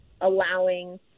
allowing